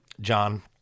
John